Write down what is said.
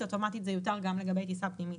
אוטומטית זה יותר גם לגבי טיסה פנימית.